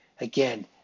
again